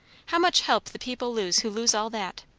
how much help the people lose who lose all that!